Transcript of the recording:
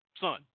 son